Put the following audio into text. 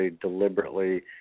deliberately